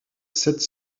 sept